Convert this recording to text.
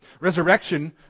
Resurrection